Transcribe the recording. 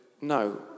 no